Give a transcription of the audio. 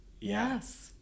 Yes